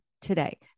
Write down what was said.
today